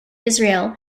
israel